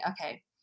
okay